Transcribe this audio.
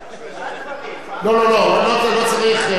לא צריך,